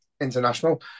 international